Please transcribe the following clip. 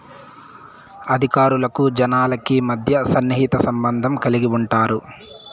అధికారులకు జనాలకి మధ్య సన్నిహిత సంబంధం కలిగి ఉంటారు